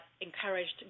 encouraged